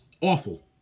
awful